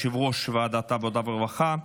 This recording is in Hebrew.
יושב-ראש ועדת העבודה והרווחה.